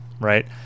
right